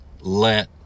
let